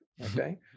okay